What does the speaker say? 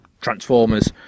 Transformers